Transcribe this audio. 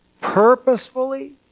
purposefully